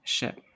Ship